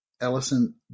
Ellison